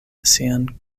sian